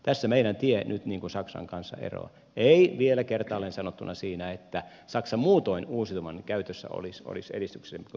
tässä meidän tie nyt saksan kanssa eroaa ei vielä kertaalleen sanottuna siinä että saksa muutoin uusiutuvan käytössä olisi edistyksellisempi kuin suomi